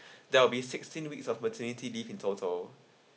there will be sixteen weeks of maternity leave in total